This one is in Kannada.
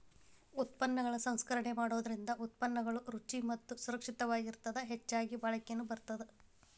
ಉತ್ಪನ್ನಗಳ ಸಂಸ್ಕರಣೆ ಮಾಡೋದರಿಂದ ಉತ್ಪನ್ನಗಳು ರುಚಿ ಮತ್ತ ಸುರಕ್ಷಿತವಾಗಿರತ್ತದ ಹೆಚ್ಚಗಿ ಬಾಳಿಕೆನು ಬರತ್ತದ